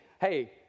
hey